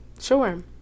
Sure